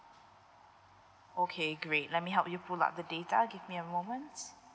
okay great let me help you pull up the data give me a moment